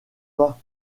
pas